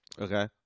Okay